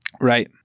Right